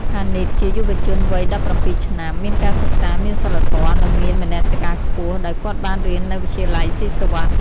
ផានីតជាយុវជនវ័យ ១៧ ឆ្នាំ មានការសិក្សា មានសីលធម៌ និងមានមនសិការខ្ពស់ ដោយគាត់បានរៀននៅវិទ្យាល័យស៊ីសុវត្ថិ។